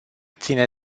ține